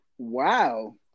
wow